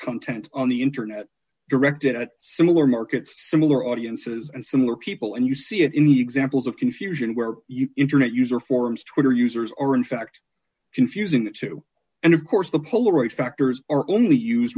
content on the internet directed at similar markets similar audiences and similar people and you see it in the examples of confusion where you internet user forums twitter users are in fact confusing and of course the polaroids factors are only use